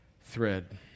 thread